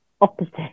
opposite